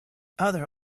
other